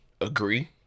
agree